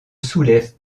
soulèvent